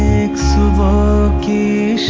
ek suboh ki